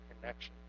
connection